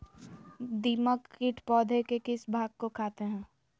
दीमक किट पौधे के किस भाग को खाते हैं?